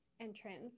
entrance